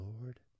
Lord